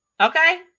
Okay